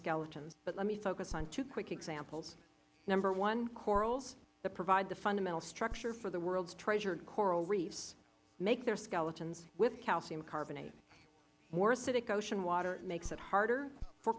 skeletons but let me focus on two quick examples number one corals that provide the fundamental structure for the world's treasured coral reefs make their skeletons with calcium carbonate more acidic ocean water makes it harder for